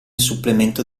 supplemento